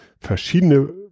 verschiedene